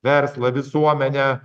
verslą visuomenę